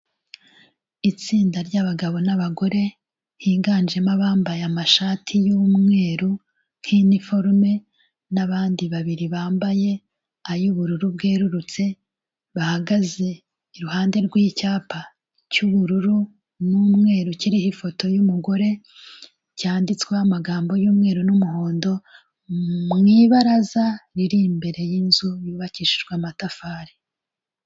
Itsinda ry'abagabo n'abagore higanjemo abambaye amashati yumweru nk'iniforume n'bandi babiri bambaye ay'ubururu bwerurutse bahagaze iruhande rwicyapa cy'ubururu n'umweru kiriho ifoto yumugore cyanditsweho amagambo yumweru n'umuhondo mu ibaraza riri imbere yinzu yubakishijwe amatafari.